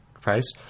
price